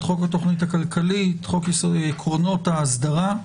חוק התוכנית הכלכלית עקרונות האסדרה.